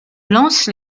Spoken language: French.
lance